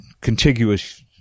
contiguous